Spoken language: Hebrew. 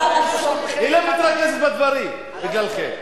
היא לא מתרכזת בדברים בגללכם.